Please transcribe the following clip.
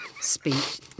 speech